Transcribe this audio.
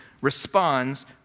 responds